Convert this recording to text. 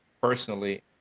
personally